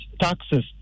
taxes